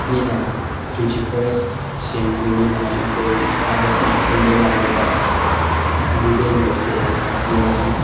ꯅꯤꯅ twenty first ꯁꯦꯟꯆꯨꯔꯤꯅꯤꯅ ꯑꯩꯈꯣꯏꯒꯤ ꯏꯁꯥꯗ ꯏꯁꯃꯥꯔꯠ ꯐꯣꯟꯗ ꯌꯥꯎꯔꯤꯕ ꯒꯨꯒꯜ ꯃꯦꯞꯁꯦ ꯑꯁꯤꯅ